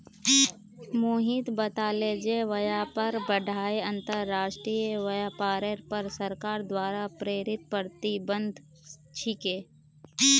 मोहित बताले जे व्यापार बाधाएं अंतर्राष्ट्रीय व्यापारेर पर सरकार द्वारा प्रेरित प्रतिबंध छिके